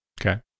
Okay